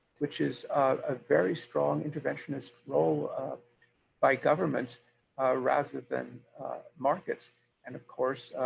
which is a very strong interventionist role by governments rather than markets and, of course,